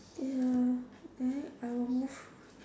ya then I will move